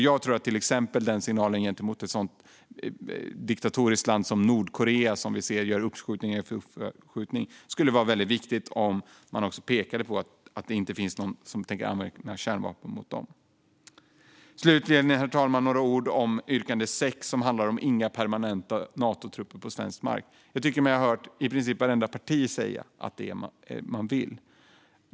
Jag tror att signalen gentemot ett diktatoriskt land som Nordkorea, som vi ser gör uppskjutning efter uppskjutning, att det inte finns någon som tänker använda kärnvapen mot dem skulle vara väldigt viktig. Slutligen, herr talman, några ord som yrkande 6, som handlar om att vi inte ska några permanenta Natotrupper på svensk mark. Jag tycker mig ha hört i princip vartenda parti säga att det är detta man vill.